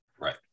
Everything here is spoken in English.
right